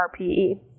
RPE